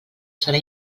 serà